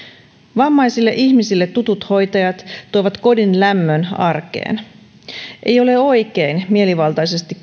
vammaisille ihmisille tutut hoitajat tuovat kodin lämmön arkeen ei ole oikein kilpailuttaa mielivaltaisesti